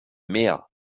mehr